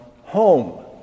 home